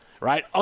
right